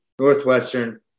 Northwestern